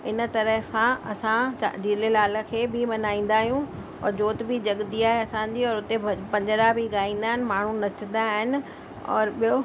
इन तरह सां असं चा झूलेलाल खे बि मल्हाईंदा आहियूं और जोति बि जॻंदी आहे असांजी और उते पंजड़ा बि ॻाईंदा आहिनि माण्हू नचंदा आहिनि और ॿियो